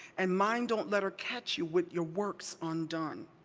and mind, don't let her catch you wid your works undone.